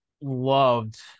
loved